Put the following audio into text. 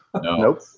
Nope